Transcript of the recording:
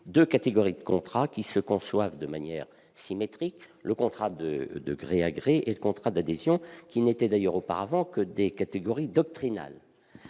deux catégories de contrat se concevant de manière symétrique, à savoir le contrat de gré de gré et le contrat d'adhésion, qui n'étaient d'ailleurs auparavant que des catégories doctrinales.